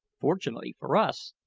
fortunately for us,